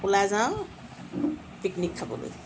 ওলাই যাওঁ পিকনিক খাবলৈ